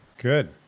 Good